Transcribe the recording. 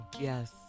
yes